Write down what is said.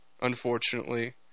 unfortunately